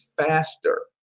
faster